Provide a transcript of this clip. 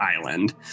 Island